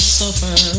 suffer